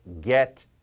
get